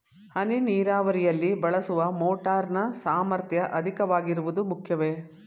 ಹನಿ ನೀರಾವರಿಯಲ್ಲಿ ಬಳಸುವ ಮೋಟಾರ್ ನ ಸಾಮರ್ಥ್ಯ ಅಧಿಕವಾಗಿರುವುದು ಮುಖ್ಯವೇ?